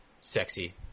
sexy